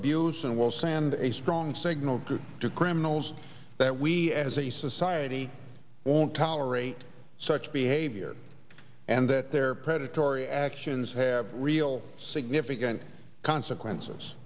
abuse and will send a strong signal good to criminals that we as a society won't tolerate such behavior and that their predatory actions have real significant consequences